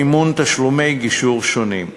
מימון תשלומי גישור שונים,